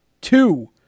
two